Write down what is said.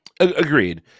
Agreed